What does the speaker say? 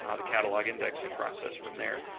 um the catalog indexing process from there.